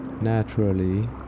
naturally